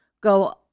go